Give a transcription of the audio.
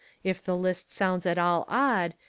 if the list sounds at all odd,